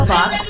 Box